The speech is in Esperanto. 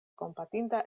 kompatinda